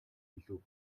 илүү